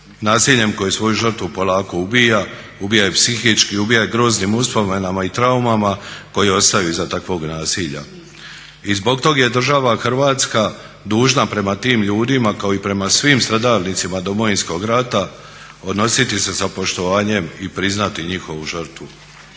nasiljem koje svoju žrtvu polako ubija, ubija je psihički, ubija ga groznim uspomenama i traumama koje ostaju iza takvog nasilja. I zbog tog je država Hrvatska dužna prema tim ljudima kao i prema svim stradalnicima Domovinskog rata odnositi se sa poštovanjem i priznati njihovu žrtvu.